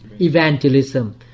evangelism